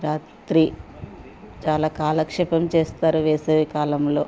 రాత్రి చాలా కాలక్షేపం చేస్తారు వేసవికాలంలో